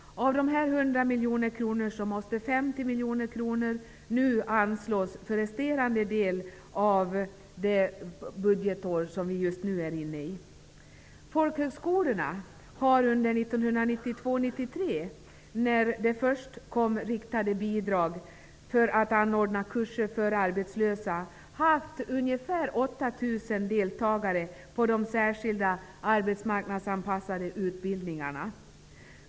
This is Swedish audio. Av dessa 100 miljoner kronor måste 50 miljoner kronor nu anslås för resterande del av det budgetår som just nu löper. Folkhögskolorna har under 1992/93, då det först betalades ut riktade bidrag för anordnande av kurser för arbetslösa, haft ca 8 000 deltagare i de särskilda arbetsmarknadsanpassade utbildningarna.